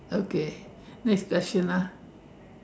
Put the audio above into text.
okay next question ah